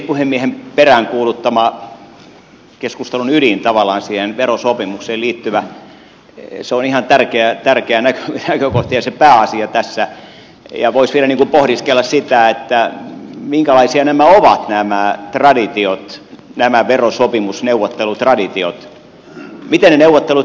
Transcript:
puhemiehen peräänkuuluttama keskustelun ydin tavallaan siihen verosopimukseen liittyvä on ihan tärkeä näkökohta ja se pääasia tässä ja voisi vielä pohdiskella sitä minkälaisia ovat nämä traditiot nämä verosopimusneuvottelutraditiot ja miten ne neuvottelut käydään